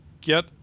get